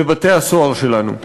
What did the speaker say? בבתי-הסוהר שלנו.